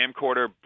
camcorder